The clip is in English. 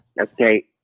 Okay